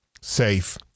safe